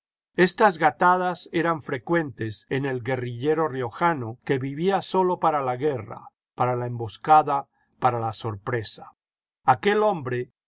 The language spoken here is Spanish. estas gatadas eran frecuentes en el guerrillero ri jano que vivía sólo para la guerra para la emboscada para la sorpresa aquel hombre